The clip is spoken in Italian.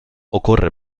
occorre